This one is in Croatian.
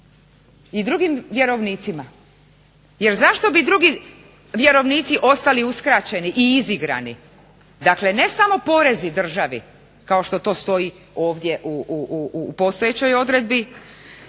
i drugim vjerovnicima jer zašto bi drugi vjerovnici ostali uskraćeni i izigrani, dakle ne samo porezi državi kao što to stoji ovdje u postojećoj odredbi,